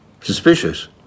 Suspicious